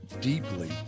deeply